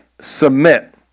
submit